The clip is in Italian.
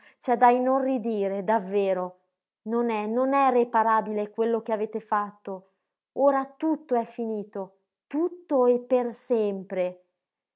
ah c'è da inorridire davvero non è non è reparabile quello che avete fatto ora tutto è finito tutto e per sempre